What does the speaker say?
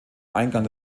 eingang